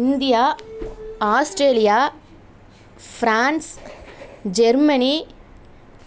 India Australia France Germany